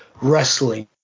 wrestling